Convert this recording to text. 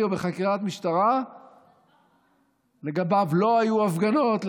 או בחקירת משטרה ושלגביו לא היו הפגנות,